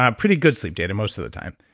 ah pretty good sleep data most of the time.